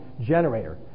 generator